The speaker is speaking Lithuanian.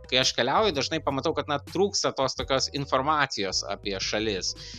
kai aš keliauju dažnai pamatau kad na trūksta tos tokios informacijos apie šalis